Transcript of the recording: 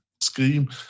scheme